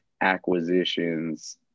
acquisitions